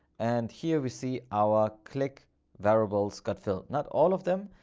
and here we see our click variables got filled, not all of them,